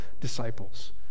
disciples